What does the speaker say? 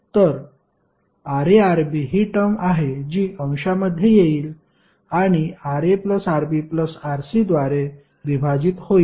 तर Ra Rb ही term आहे जी अंशामध्ये येईल आणि Ra Rb Rc द्वारे विभाजित होईल